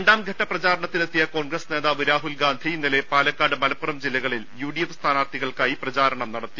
രണ്ടാംഘട്ട പ്രചാരണത്തിനെത്തിയ കോൺഗ്രസ് നേതാവ് രാഹുൽ ഗാന്ധി ഇന്നലെ പാലക്കാട് മലപ്പുറം ജില്ലകളിൽ യുഡിഎഫ് സ്ഥാനാർത്ഥികൾക്കായി പ്രചാരണം നടത്തി